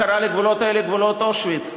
קרא לגבולות האלה "גבולות אושוויץ".